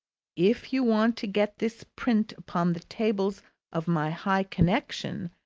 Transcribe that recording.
if you want to get this print upon the tables of my high connexion,